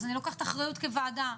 אז אני לוקחת אחריות כוועדה.